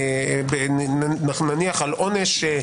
נניח על עונש,